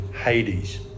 Hades